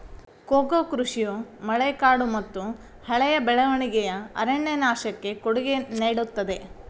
cocoa ಕೃಷಿಯು ಮಳೆಕಾಡುಮತ್ತುಹಳೆಯ ಬೆಳವಣಿಗೆಯ ಅರಣ್ಯನಾಶಕ್ಕೆ ಕೊಡುಗೆ ನೇಡುತ್ತದೆ